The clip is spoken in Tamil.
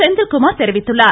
செந்தில்குமார் தெரிவித்துள்ளார்